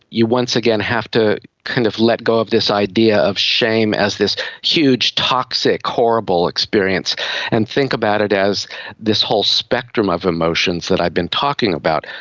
you once again have to you kind of let go of this idea of shame as this huge toxic horrible experience and think about it as this whole spectrum of emotions that i've been talking about.